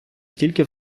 тільки